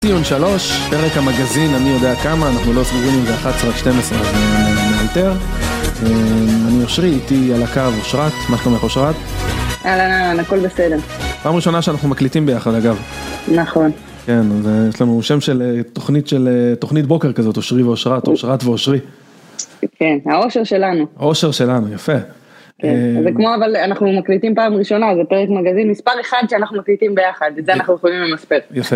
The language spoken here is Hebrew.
ציון 3 פרק המגזין המי יודע כמה, אנחנו לא סגורים אם זה 11 או 12 אז נאלתר, אני אושרי, איתי על הקו אושרת מה שלומך אושרת? אהלן, הכל בסדר. פעם ראשונה שאנחנו מקליטים ביחד אגב. נכון, יש לנו שם של תוכנית בוקר כזאת אושרי ואושרת, אושרת ואושרי. כן האושר שלנו, אושר שלנו, יפה. זה כמו אבל אנחנו מקליטים פעם ראשונה זה פרק מגזין מספר אחד שאנחנו מקליטים ביחד את זה אנחנו יכולים למספר.